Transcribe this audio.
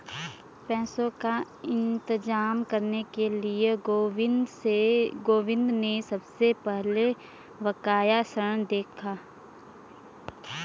पैसों का इंतजाम करने के लिए गोविंद ने सबसे पहले बकाया ऋण देखा